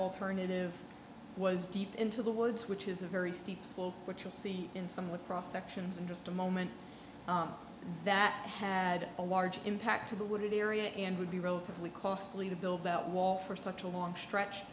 alternative was deep into the woods which is a very steep slope which you'll see in somewhat cross sections in just a moment that had a large impact to the wooded area and would be relatively costly to build that wall for such a long stretch